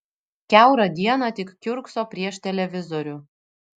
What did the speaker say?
kiaurą dieną tik kiurkso prieš televizorių